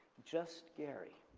just gerry.